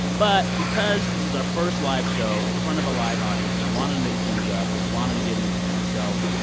but because this is our first live show in front of a live audience, and i wanted to and mix things up, and i wanted to get in the game myself,